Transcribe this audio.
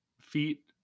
feet